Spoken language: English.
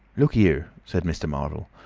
look here, said mr. marvel.